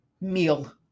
Meal